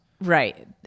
Right